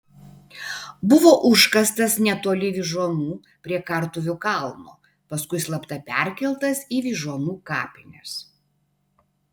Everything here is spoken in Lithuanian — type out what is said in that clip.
buvo užkastas netoli vyžuonų prie kartuvių kalno paskui slapta perkeltas į vyžuonų kapines